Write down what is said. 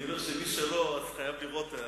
מי שלא, חייב לראות.